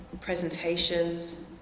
presentations